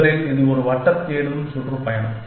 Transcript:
முதலில் இது ஒரு வட்ட தேடும் சுற்றுப்பயணம்